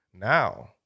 Now